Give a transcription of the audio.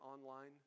online